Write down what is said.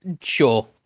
Sure